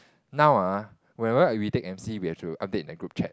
now ah whenever we take m_c we have to update in a group chat